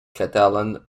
catalan